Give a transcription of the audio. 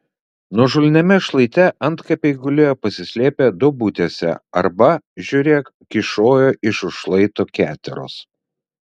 nuožulniame šlaite antkapiai gulėjo pasislėpę duobutėse arba žiūrėk kyšojo iš už šlaito keteros